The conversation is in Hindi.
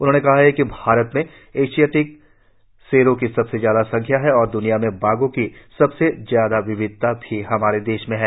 उन्होंने कहा कि भारत में एशियाटिक शेरों की सबसे ज्यादा संख्या है और द्रनिया में बाघों की सबसे ज्यादा विविधता भी हमारे देश में है